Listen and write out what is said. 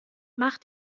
mach